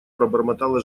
пробормотала